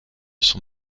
son